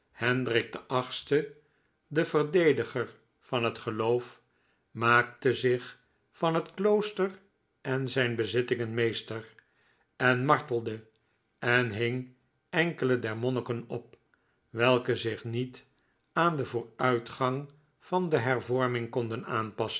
hendrik viii de verdediger van het geloof maakte zich van het klooster en zijn bezittingen meester en martelde en hing enkele der monniken op welke zich niet aan den vooruitgang van de hervorming konden aanpassen